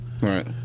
Right